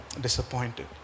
disappointed